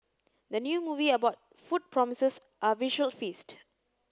the new movie about food promises a visual feast